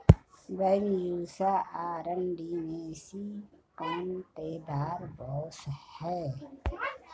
Bambusa अरंडिनेसी काँटेदार बाँस है